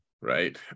Right